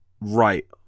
right